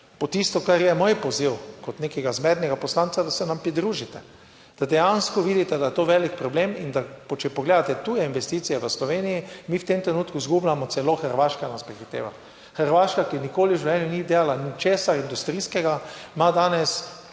Po tisto, kar je moj poziv, kot nekega zmernega poslanca, da se nam pridružite, da dejansko vidite, da je to velik problem in da če pogledate tuje investicije v Sloveniji, mi v tem trenutku izgubljamo, celo Hrvaška nas prehiteva. Hrvaška, ki nikoli v življenju ni delala ničesar industrijskega, ima danes,